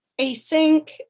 async